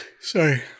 Sorry